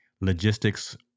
logistics